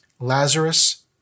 Lazarus